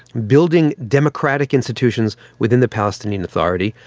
building democratic institutions within the palestinian authority,